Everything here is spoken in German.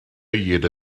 jede